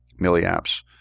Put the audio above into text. milliamps